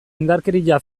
indarkeria